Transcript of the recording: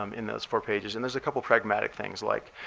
um in those four pages. and there's a couple pragmatic things like,